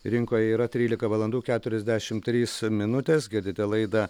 rinkoje yra trylika valandų keturiasdešimt trys minutės girdite laidą